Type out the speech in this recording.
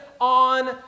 on